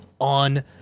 on